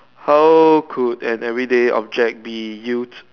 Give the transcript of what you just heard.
how could an everyday object be youth